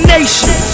Nation